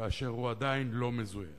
כאשר הוא עדיין לא מזוהה,